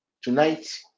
Tonight